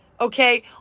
Okay